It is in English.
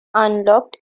unlocked